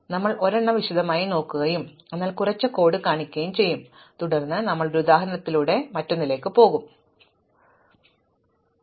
അതിനാൽ ഞങ്ങൾ ഒരെണ്ണം വിശദമായി നോക്കുകയും അതിനായി കുറച്ച് കോഡ് കാണിക്കുകയും ചെയ്യും തുടർന്ന് ഞങ്ങൾ ഒരു ഉദാഹരണത്തിലൂടെ മറ്റൊന്നിലേക്ക് നോക്കും നിങ്ങൾക്ക് താൽപ്പര്യമുണ്ടെങ്കിൽ നിങ്ങൾ സ്വയം കോഡ് എഴുതേണ്ടിവരും